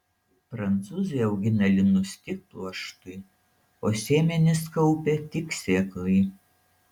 prancūzai augina linus tik pluoštui o sėmenis kaupia tik sėklai